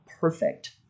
perfect